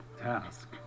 task